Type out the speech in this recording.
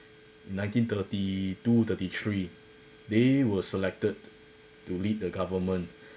nineteen thirty two thirty three they were selected to lead the government